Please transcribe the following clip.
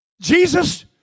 Jesus